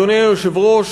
אדוני היושב-ראש,